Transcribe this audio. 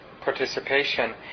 participation